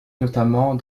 notamment